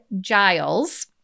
Giles